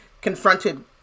confronted